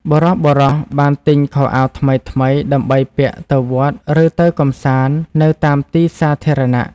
បុរសៗបានទិញខោអាវថ្មីៗដើម្បីពាក់ទៅវត្តឬទៅកម្សាន្តនៅតាមទីសាធារណៈ។